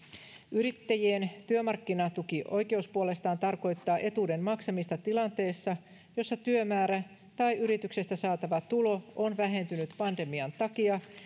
yrittäjien työmarkkinatukioikeus puolestaan tarkoittaa etuuden maksamista tilanteessa jossa työmäärä tai yrityksestä saatava tulo on vähentynyt pandemian takia